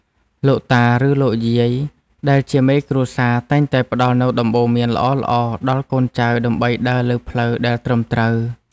លោកតា ឬលោកយាយដែលជាមេគ្រួសារតែងតែផ្តល់នូវដំបូន្មានល្អៗដល់កូនចៅដើម្បីដើរលើផ្លូវដែលត្រឹមត្រូវ។